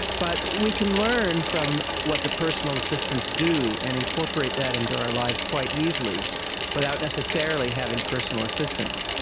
but we can learn from what the personal assistants do and incorporate that into our lives quite easily without necessarily having personal assistants.